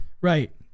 Right